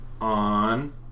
on